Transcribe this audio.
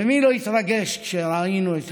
ומי לא התרגש כשראינו את